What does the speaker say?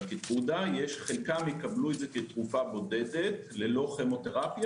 חלקם יקבלו את זה כתרופה בודדת ללא כימותרפיה